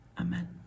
Amen